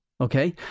Okay